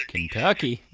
Kentucky